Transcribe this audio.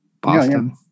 Boston